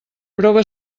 prova